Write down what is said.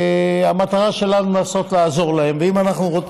והמטרה שלנו לנסות לעזור להם, ואם אנחנו רוצים,